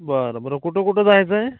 बरं बरं कुठं कुठं जायचं आहे